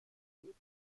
بود